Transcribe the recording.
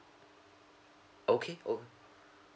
okay okay